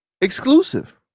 exclusive